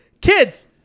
kids